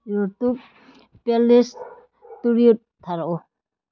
YouTube ꯄꯦꯂꯤꯁ ꯇꯨꯔꯤꯋꯨꯠ ꯊꯥꯔꯛꯎ